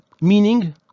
meaning